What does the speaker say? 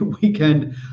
weekend